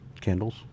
Candles